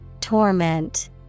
Torment